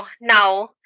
now